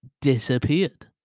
disappeared